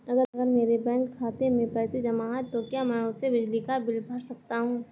अगर मेरे बैंक खाते में पैसे जमा है तो क्या मैं उसे बिजली का बिल भर सकता हूं?